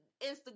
Instagram